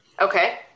Okay